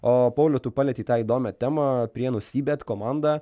o pauliau tu palietei tą įdomią temą prienų cbet komandą